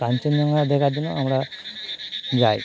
কাঞ্চনজঙ্ঘা দেখার জন্য আমরা যাই